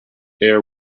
air